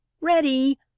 ready